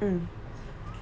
mm